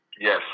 Yes